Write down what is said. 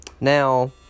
Now